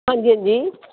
ਹਾਂਜੀ ਹਾਂਜੀ